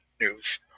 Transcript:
news